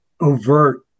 overt